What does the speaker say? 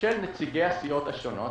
של נציגי הסיעות השונות